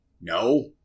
no